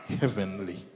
heavenly